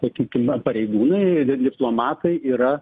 sakykime pareigūnai di diplomatai yra